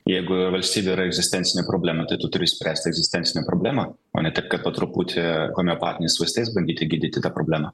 jeigu valstybei yra egzistencinė problema tai tu turi spręsti egzistencinę problemą o ne taip kad po truputį homeopatiniais vaistais bandyti gydyti tą problemą